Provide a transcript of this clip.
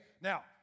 Now